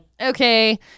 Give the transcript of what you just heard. Okay